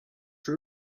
you